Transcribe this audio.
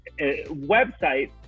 website